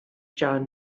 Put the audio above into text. john